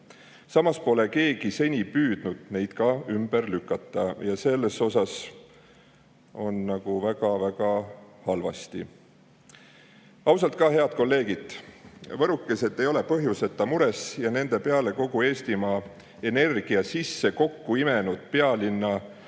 Samas pole keegi seni püüdnud neid ka ümber lükata ja sellega on väga-väga halvasti. Ausalt ka, head kolleegid, võrukesed ei ole põhjuseta mures ja nende peale kogu Eestimaa energia kokku imenud pealinnast